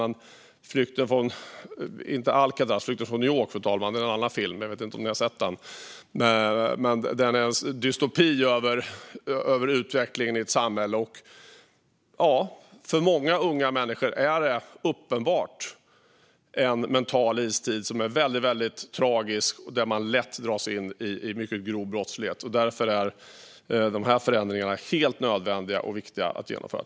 Jag vet inte om ni har sett filmen Flykten från New York , men den är en dystopi över utvecklingen i ett samhälle. För många unga människor är det uppenbart en mental istid som är väldigt tragisk och där man lätt dras in i mycket grov brottslighet. Därför är dessa förändringar helt nödvändiga och viktiga att genomföra.